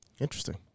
Interesting